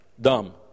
dumb